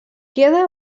queda